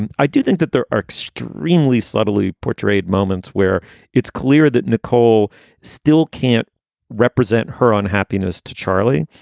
and i do think that there are extremely sloppily portrayed moments where it's clear that nicole still can't represent her unhappiness to charlie,